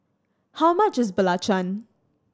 how much is belacan